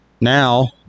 Now